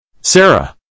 Sarah